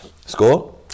score